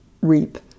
reap